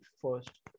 first